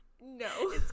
no